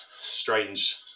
strange